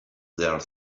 there